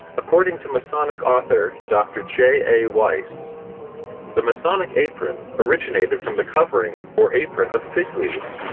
according to masonic author dr. j a. weisse the masonic apron originated from the covering or apron of fig-leaves,